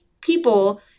People